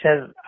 says